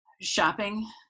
shopping